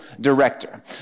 director